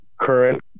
current